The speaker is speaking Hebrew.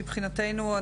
מבחינתנו,